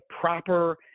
proper